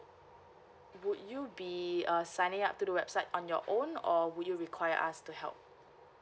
would you be uh signing up to the website on your own or would you require us to help